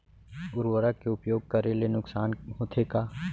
उर्वरक के उपयोग करे ले नुकसान होथे का?